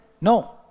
No